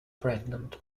pregnant